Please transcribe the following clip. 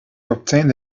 obtained